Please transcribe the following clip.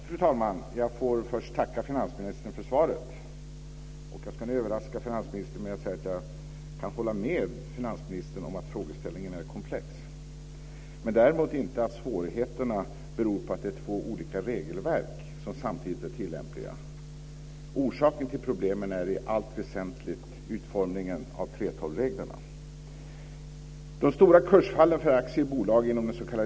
Fru talman! Jag får först tacka finansministern för svaret. Och jag ska nu överraska finansministern med att säga att jag kan hålla med honom om att frågeställningen är komplex, men däremot inte att svårigheterna beror på att det är två olika regelverk som samtidigt är tillämpliga. Orsaken till problemen är i allt väsentligt utformningen av 3:12-reglerna.